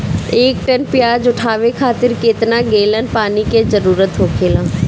एक टन प्याज उठावे खातिर केतना गैलन पानी के जरूरत होखेला?